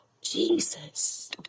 Jesus